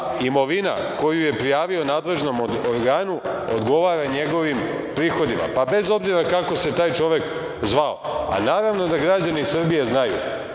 imovina koju je prijavio nadležnom organu odgovara njegovim prihoda, pa bez obzira kako se taj čovek zvao. Naravno da građani Srbije znaju